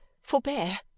forbear